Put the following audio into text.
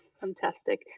Fantastic